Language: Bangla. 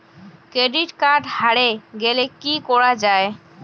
ক্রেডিট কার্ড হারে গেলে কি করা য়ায়?